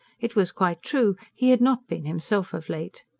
it was quite true he had not been himself of late.